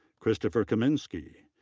christopher kaminski.